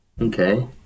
okay